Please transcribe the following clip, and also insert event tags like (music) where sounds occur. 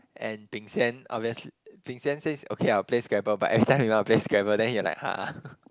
and Bing-Xian obvious Bing-Xian says okay I'll play scrabble but every time we want to play scrabble then he like !huh! (laughs)